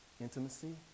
intimacy